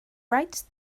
writes